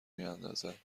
میاندازند